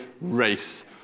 race